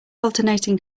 alternating